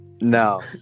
No